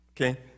okay